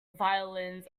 violins